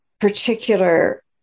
particular